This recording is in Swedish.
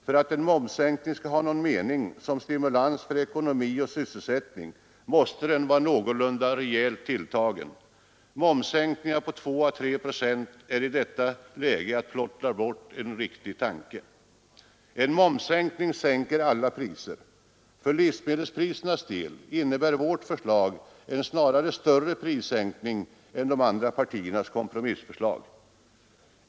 För att en momssänkning skall ha någon mening som stimulans för ekonomin och sysselsättningen måste den vara någorlunda rejält tilltagen. Momssänkningar på 2 å 3 procent är i detta läge att plottra bort en riktig tanke. En momssänkning sänker alla priser. För livsmedelsprisernas del innebär vårt förslag en snarast större prissänkning än de andra partiernas kompromissförslag.